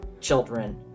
children